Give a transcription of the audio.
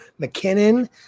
McKinnon